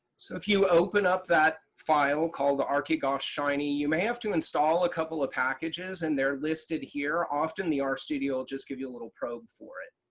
so if you open up that file called the archigos shiny you may have to install a couple of packages, and they're listed here. often the r studio will just give you a little probe for it,